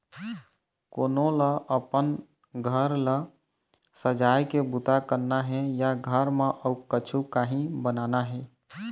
कोनो ल अपन घर ल सजाए के बूता करना हे या घर म अउ कछु काही बनाना हे